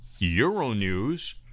Euronews